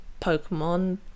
Pokemon